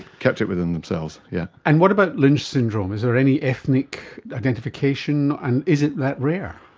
kept it within themselves. yeah and what about lynch syndrome, is there any ethnic identification, and is it that rare?